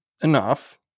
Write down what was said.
enough